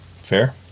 Fair